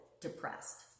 depressed